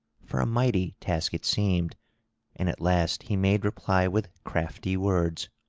for a mighty task it seemed and at last he made reply with crafty words